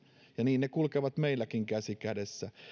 ja niin ne kulkevat meilläkin käsi kädessä